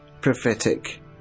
prophetic